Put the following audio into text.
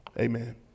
amen